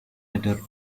letter